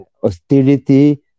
hostility